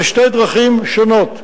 אלה שתי דרכים שונות.